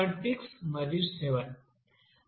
6 మరియు 7